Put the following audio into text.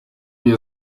iyo